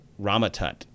Ramatut